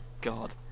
God